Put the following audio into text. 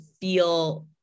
feel